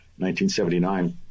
1979